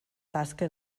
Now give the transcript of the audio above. tasca